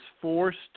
forced